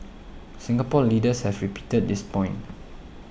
Singapore leaders have repeated this point